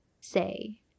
say